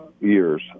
years